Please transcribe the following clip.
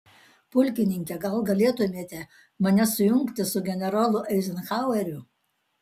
pulkininke gal galėtumėte mane sujungti su generolu eizenhaueriu